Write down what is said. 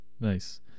Nice